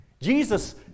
Jesus